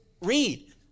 read